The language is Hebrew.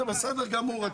זה בסדר גמור.